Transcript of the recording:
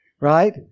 right